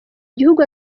igihugu